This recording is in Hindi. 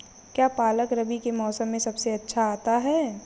क्या पालक रबी के मौसम में सबसे अच्छा आता है?